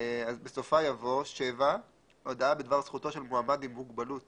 בסופה יבוא: "(7)הודעה בדבר זכותו של מועמד עם מוגבלות